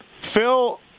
Phil